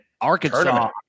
Arkansas –